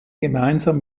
gemeinsam